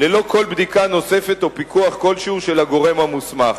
ללא כל בדיקה נוספת או פיקוח כלשהו של הגורם המוסמך.